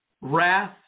wrath